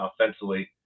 offensively